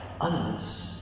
others